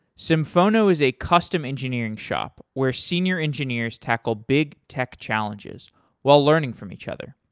symphono is a custom engineering shop where senior engineers tackle big tech challenges while learning from each other.